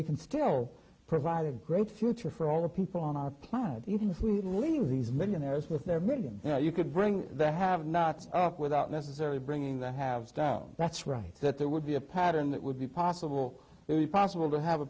we can still provide a great future for all the people on our planet even if we believe these millionaires with their millions you could bring the have nots up without necessarily bringing the haves down that's right that there would be a pattern that would be possible very possible to have a